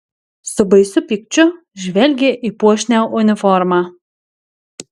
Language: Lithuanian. su baisiu pykčiu žvelgė į puošnią uniformą